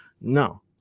no